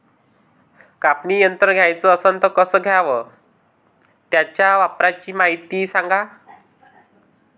कापनी यंत्र घ्याचं असन त कस घ्याव? त्याच्या वापराची मायती सांगा